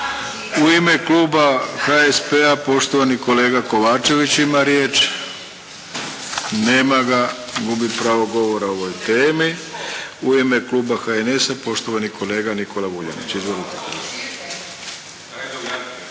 U ime kluba HSP-a, poštovani kolega Kovačević ima riječ. Nema ga. Gubi pravo govora o ovoj temi. U ime kluba HNS-a, poštovani kolega Nikola Vuljanić. Izvolite.